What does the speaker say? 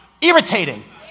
irritating